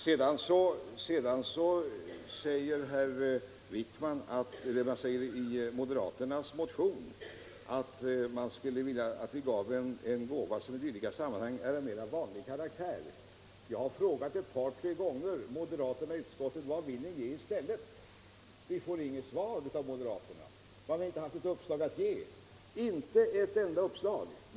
Sedan säger herr Wijkman att man enligt moderaternas motion ville att vi skulle ge en gåva som i dylika sammanhang är av mer vanlig karaktär. Jag har ett par tre gånger frågat moderaterna i utskottet vad de ville ge i stället, men jag har inte fått något svar. De har inte haft ett enda uppslag att ge.